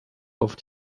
auf